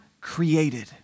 created